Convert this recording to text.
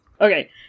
Okay